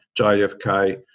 JFK